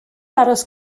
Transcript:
aros